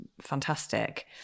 fantastic